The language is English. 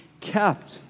kept